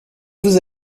vous